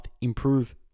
improve